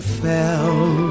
fell